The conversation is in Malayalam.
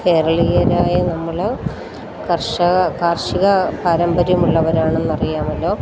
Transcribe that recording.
കേരളീയരായ നമ്മൾ കർഷക കാർഷിക പാരമ്പര്യമുള്ളവരാണെന്നറിയാമല്ലോ